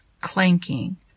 clanking